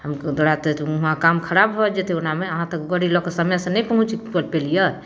हमरा तऽ हुआँ काम खराब भऽ जेतै ओनामे अहाँ तऽ गाड़ी लऽ कऽ समयसँ नहि पहुँच पेलिए